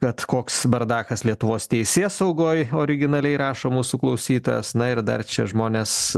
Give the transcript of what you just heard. kad koks bardakas lietuvos teisėsaugoj originaliai rašo mūsų klausytojas na ir dar čia žmonės